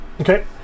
Okay